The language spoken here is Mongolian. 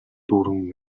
дүүрэн